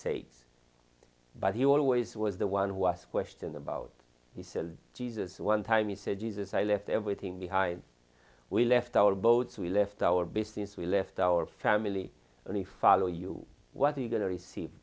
sake but he always was the one who was questioned about he says jesus one time he said jesus i left everything behind we left our boats we left our business we left our family and he follow you what are you going to receive